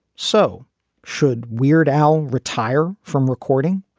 so should weird al retire from recording?